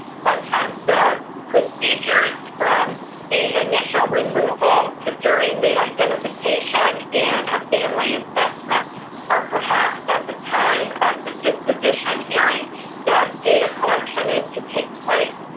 sometimes the procedures from the initial removal to during the identification in a family assessment are perhaps at the time of the disposition hearing that data collection is to take place.